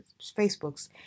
Facebook's